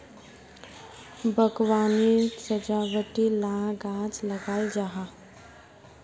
बाग्वानित सजावटी ला गाछ लगाल जाहा